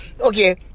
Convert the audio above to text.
Okay